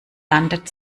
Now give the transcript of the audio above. landet